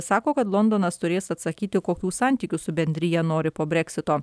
sako kad londonas turės atsakyti kokių santykių su bendrija nori po breksito